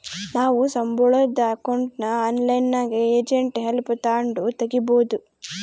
ನಾವು ಸಂಬುಳುದ್ ಅಕೌಂಟ್ನ ಆನ್ಲೈನ್ನಾಗೆ ಏಜೆಂಟ್ ಹೆಲ್ಪ್ ತಾಂಡು ತಗೀಬೋದು